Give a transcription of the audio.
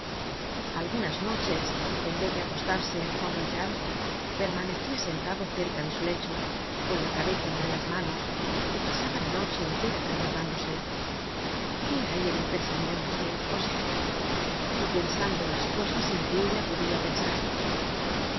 algunas noches en vez de acostarse juan valjean permanecia sentado cerca de su lecho con la cabeza entre las manos y pasaba la noche entera preguntándose qué hay en el pensamiento de cosette y pensando en las cosas en que ella podia pensar